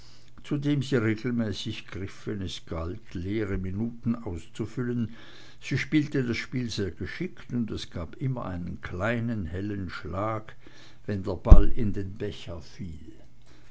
dem sie regelmäßig griff wenn es galt leere minuten auszufüllen sie spielte das spiel sehr geschickt und es gab immer einen kleinen hellen schlag wenn der ball in den becher fiel